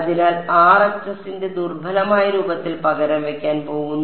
അതിനാൽ RHS ന്റെ ദുർബലമായ രൂപത്തിൽ പകരം വയ്ക്കാൻ പോകുന്നു